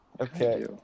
Okay